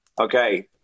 Okay